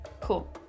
Cool